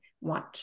want